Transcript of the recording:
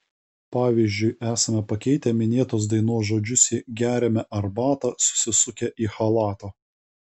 pavyzdžiui esame pakeitę minėtos dainos žodžius į geriame arbatą susisukę į chalatą